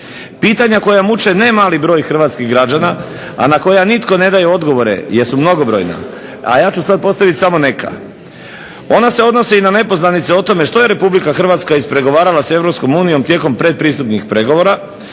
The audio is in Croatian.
Pitanja koja muče ne mali broj hrvatskih građana, a na koja nitko ne daje odgovore jer su mnogobrojna, a ja ću sad postavit samo neka. Ona se odnose i na nepoznanice o tome što je Republika Hrvatska ispregovarala s Europskom unijom tijekom pretpristupnih pregovora,